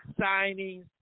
signings